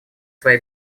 свои